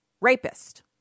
rapist